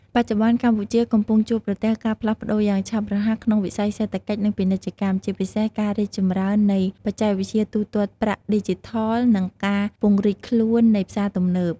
បច្ចុប្បន្ន កម្ពុជាកំពុងជួបប្រទះការផ្លាស់ប្តូរយ៉ាងឆាប់រហ័សក្នុងវិស័យសេដ្ឋកិច្ច និងពាណិជ្ជកម្ម ជាពិសេសការរីកចម្រើននៃ បច្ចេកវិទ្យាទូទាត់ប្រាក់ឌីជីថល និង ការពង្រីកខ្លួននៃផ្សារទំនើប។